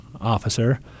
officer